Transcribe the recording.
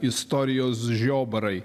istorijos žiobarai